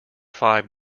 five